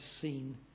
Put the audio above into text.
seen